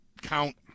count